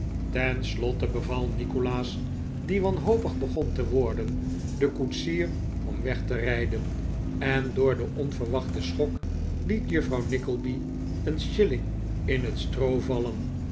tenslotte beval nikolaas die wanhopig begon te worden den koetsier om weg te rijden en door den onverwachten schok liet juffrouw nickleby een shilling in het stroo vallen